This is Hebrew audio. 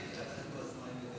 חינוך?